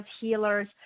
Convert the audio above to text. healers